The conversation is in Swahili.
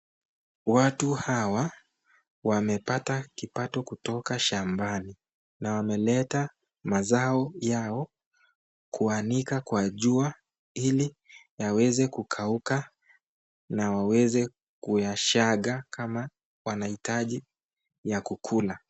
Watu hawa wamepata kipato kutoka shambani, na wameleta mazao yao kuanika kwa jua ili yaweze kukauka na waweze kuyasiaga kama wanahitaji ya kukula.